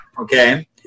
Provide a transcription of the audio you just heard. Okay